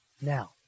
Now